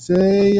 Say